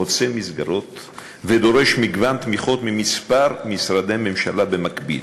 הוא חוצה מסגרות ודורש מגוון תמיכות מכמה משרדי ממשלה במקביל,